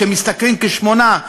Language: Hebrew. שמשתכרים 8,